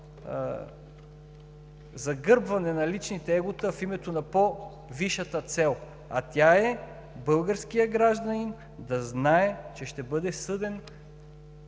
загърбване на личното его в името на по-висшата цел, а тя е българският гражданин да знае, че ще бъде съден